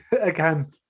again